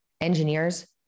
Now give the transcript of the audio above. engineers